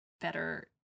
better